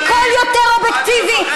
מקול יותר אובייקטיבי?